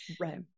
Right